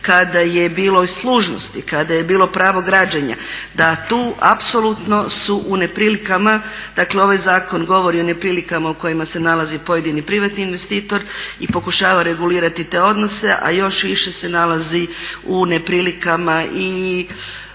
kada je bilo i služnosti, kada je bilo pravo građenja da tu apsolutno su u neprilikama. Dakle ovaj zakon govori o neprilikama u kojima se nalazi pojedini privatni investitor i pokušava regulirati te odnose a još više se nalazi u neprilikama i